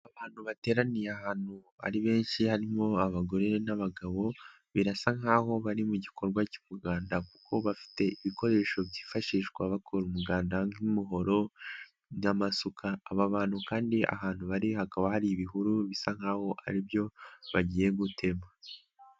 Abantu bateraniye ahantu ari benshi harimo abagore n'abagabo, birasa nkaho bari mu gikorwa cy'umuganda kuko bafite ibikoresho byifashishwa bakora umuganda nk'umuhoro n'amasuka, aba bantu kandi ahantu bari hakaba hari ibihuru, bisa nk'aho aribyo bagiye gutema.